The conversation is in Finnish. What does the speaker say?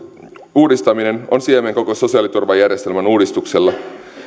uudistaminen on siemen koko sosiaaliturvajärjestelmän uudistukselle